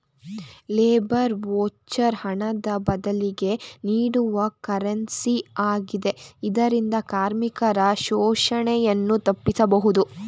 labour voucher ಹಣದ ಬದಲಿಗೆ ನೀಡುವ ಕರೆನ್ಸಿ ಆಗಿದೆ ಇದರಿಂದ ಕಾರ್ಮಿಕರ ಶೋಷಣೆಯನ್ನು ತಪ್ಪಿಸಬಹುದು